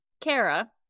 Kara